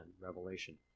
Revelation